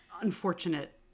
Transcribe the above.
unfortunate